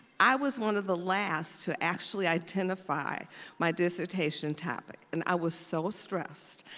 i was one of the last to actually identify my dissertation topic, and i was so stressed,